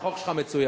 החוק שלך מצוין.